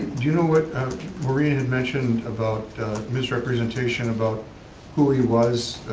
you know what maureen had mentioned about misrepresentation about who he was?